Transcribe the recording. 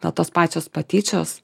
gal tos pačios patyčios